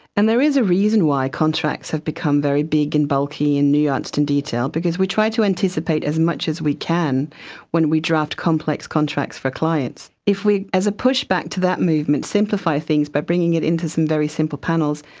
and there is a reason why contracts have become very big and bulky and nuanced and detailed, because we try to anticipate as much as we can when we draft complex contracts for clients. if we, as a push-back to that movement, simplify things by bringing it into some very simple panels,